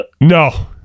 No